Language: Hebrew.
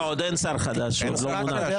עוד אין שר חדש, הוא עוד לא מונה.